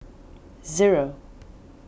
zero